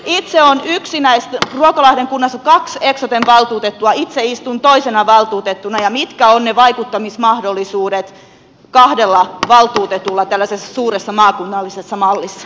ruokolahden kunnassa on kaksi eksoten valtuutettua itse istun toisena valtuutettuna ja mitkä ovat ne vaikuttamismahdollisuudet kahdella valtuutetulla tällaisessa suuressa maakunnallisessa mallissa